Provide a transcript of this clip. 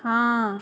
हाँ